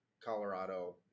Colorado